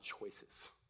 choices